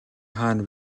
хаана